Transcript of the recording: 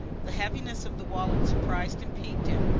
the heaviness of the wallet surprised and piqued him,